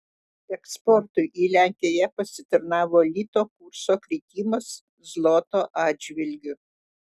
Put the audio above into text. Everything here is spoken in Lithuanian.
eksportui į lenkiją pasitarnavo lito kurso kritimas zloto atžvilgiu